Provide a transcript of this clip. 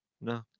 No